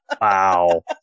Wow